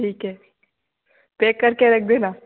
ठीक है पेक करके रख देना